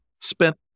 spent